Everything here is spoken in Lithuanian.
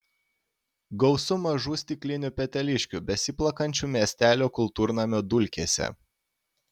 gausu mažų stiklinių peteliškių besiplakančių miestelio kultūrnamio dulkėse